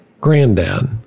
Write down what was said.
granddad